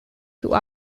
who